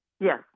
Yes